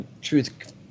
truth